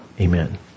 Amen